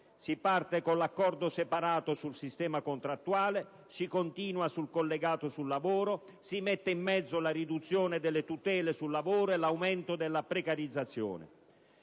Si parte con l'accordo separato sul sistema contrattuale, si continua con il collegato sul lavoro, si mette in mezzo la riduzione delle tutele sul lavoro e l'aumento della precarizzazione.